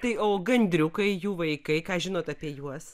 tai o gandriukai jų vaikai ką žinot apie juos